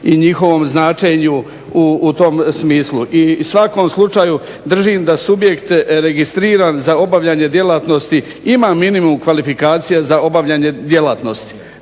i njihovom značenju u tom smislu. I u svakom slučaju držim da subjekt registriran za obavljanje djelatnosti ima minimum kvalifikacije za obavljanje djelatnosti.